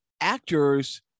actors